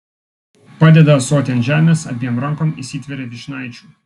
padeda ąsotį ant žemės abiem rankom įsitveria vyšnaičių